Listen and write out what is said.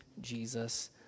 Jesus